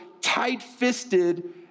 tight-fisted